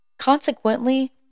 Consequently